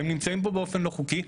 נמצאים פה באופן לא חוקי.